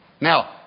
Now